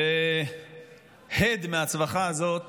הד מהצווחה הזאת